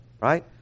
right